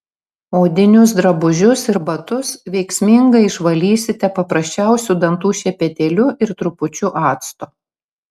odinius drabužius ir batus veiksmingai išvalysite paprasčiausiu dantų šepetėliu ir trupučiu acto